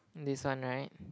this one right